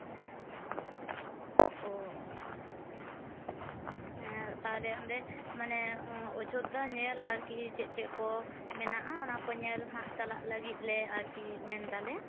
ᱚᱸᱻ ᱟᱪᱪᱷᱟ ᱟᱪᱪᱷᱟ ᱦᱮᱸ ᱛᱟᱦᱚᱞᱮ ᱚᱸᱰᱮ ᱢᱟᱱᱮ ᱚᱡᱳᱫᱽᱫᱷᱟ ᱧᱮᱞ ᱟᱨᱠᱤ ᱪᱮᱫ ᱪᱮᱫ ᱠᱚ ᱢᱮᱱᱟᱜᱼᱟ ᱚᱱᱟ ᱠᱚ ᱧᱮᱞ ᱦᱟᱸᱜ ᱪᱟᱞᱟᱜ ᱞᱟᱹᱜᱤᱫᱞᱮ ᱟᱨᱠᱤ ᱢᱮᱱᱫᱟᱞᱮ